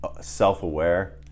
self-aware